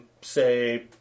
say